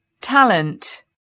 Talent